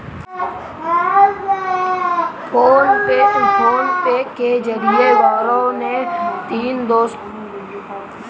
PhonePe के जरिए गौरव ने तीनों दोस्तो को पैसा भेजा है